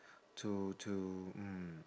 to to mm